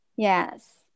yes